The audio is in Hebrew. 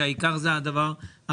שהעיקר זה הראשון?